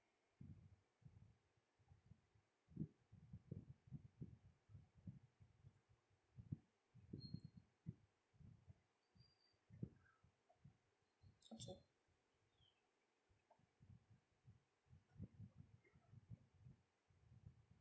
okay